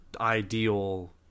ideal